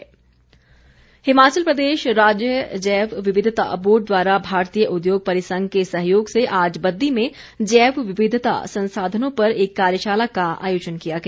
कार्यशाला हिमाचल प्रदेश राज्य जैव विविधता बोर्ड द्वारा भारतीय उद्योग परिसंघ के सहयोग से आज बद्दी में जैव विविधता संसाधनों पर एक कार्यशाला का आयोजन किया गया